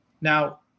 now